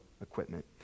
equipment